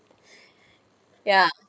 yeah